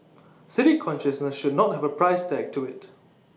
civic consciousness should not have A price tag to IT